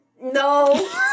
No